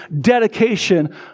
dedication